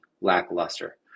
lackluster